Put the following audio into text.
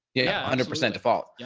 yeah, hundred percent default. yeah